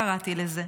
כך קראתי לזה,